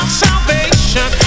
salvation